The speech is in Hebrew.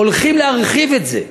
הולכים להרחיב את זה,